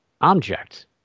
object